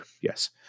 Yes